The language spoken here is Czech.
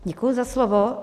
Děkuji za slovo.